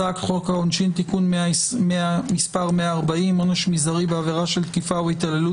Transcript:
הצעת חוק העונשין (תיקון מס' 140) (עונש מזערי בעבירה של תקיפה או התעללות